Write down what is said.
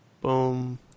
Boom